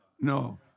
No